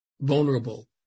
vulnerable